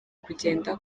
kugenda